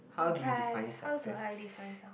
okay how do I define some